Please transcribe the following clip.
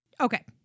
okay